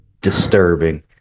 Disturbing